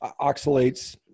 oxalates